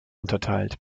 unterteilt